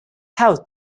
how